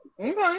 Okay